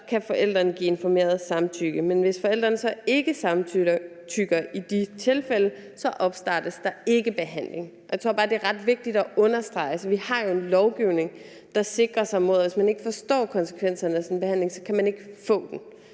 så kan forældrene give informeret samtykke. Men hvis forældrene ikke samtykker i de tilfælde, opstartes der ikke behandling. Jeg tror bare, at det er ret vigtigt at understrege. Altså, vi har jo en lovgivning, der sikrer, at hvis man ikke forstår konsekvenserne af sin behandling, så kan man ikke få den,